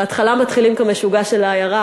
בהתחלה מתחילים כמשוגע של העיירה,